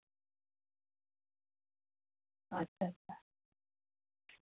ᱟᱪᱪᱷᱟ ᱟᱪᱪᱷᱟ